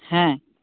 ᱦᱮᱸ